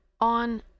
on